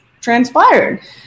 transpired